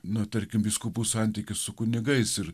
nu tarkim vyskupų santykis su kunigais ir